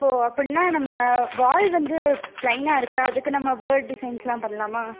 ஓ அப்பட்னா நம்ம வால் வந்து ப்ளைனாக இருக்குது அதுக்கு நம்ம பேர்ட் டிசைன்ஸ்லாம் பண்ணலாமா